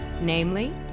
namely